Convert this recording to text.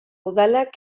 udalak